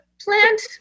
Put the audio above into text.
plant